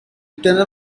tunnel